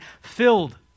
filled